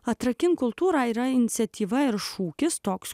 atrakink kultūrą yra iniciatyva ir šūkis toks